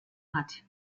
hat